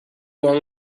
along